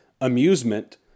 amusement